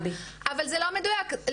אבל זה לא מדוייק,